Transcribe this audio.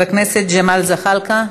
חבר הכנסת ג'מאל זחאלקה,